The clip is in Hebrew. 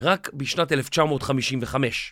רק בשנת 1955